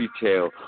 detail